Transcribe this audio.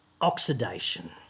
oxidation